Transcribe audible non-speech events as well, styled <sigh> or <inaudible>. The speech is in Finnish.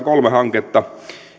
<unintelligible> kolme hanketta